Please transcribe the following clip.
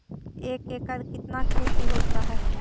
एक एकड़ कितना खेति होता है?